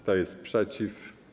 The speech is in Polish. Kto jest przeciw?